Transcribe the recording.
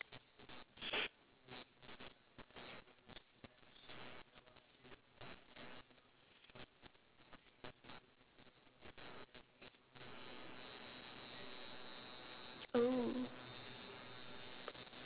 oh